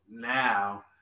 Now